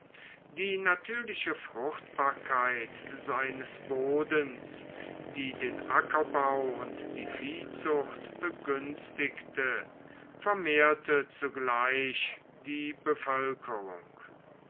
die natürliche fruchtbarkeit seines bodens die den ackerbau und die viehzucht begünstigte vermehrte zugleich die bevölkerung